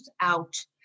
out